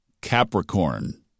Capricorn